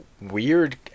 weird